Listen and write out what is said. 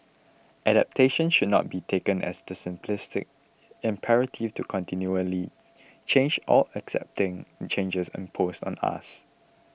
adaptation should not be taken as the simplistic imperative to continually change or accepting changes imposed on us